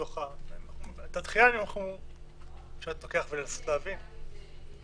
את הדחייה אפשר להתווכח ולנסות להבין,